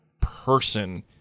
person